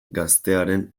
gaztearen